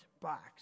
box